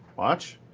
watch.